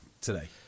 today